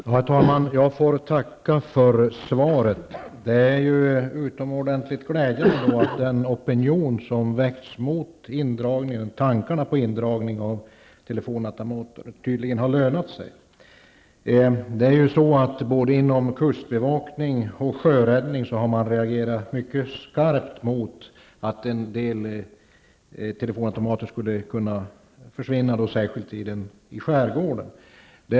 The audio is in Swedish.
Herr talman! Jag tackar kommunikationsministern för svaret. Det är utomordentligt glädjande att den opinion som har väckts mot tankarna på en indragning av telefonautomater tydligen har lönat sig. Inom både kustbevakningen och sjöräddningen har man reagerat mycket skarpt mot att en del telefonautomater skulle kunna försvinna, särskilt i skärgården.